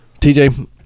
TJ